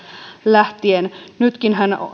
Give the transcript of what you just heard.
lähtien nytkinhän